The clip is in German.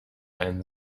ein